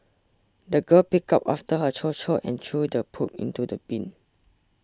the girl picked up after her chow chow and threw the poop into the bin